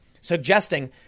suggesting